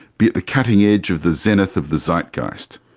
be at the cutting edge of the zenith of the zeitgeist.